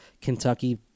Kentucky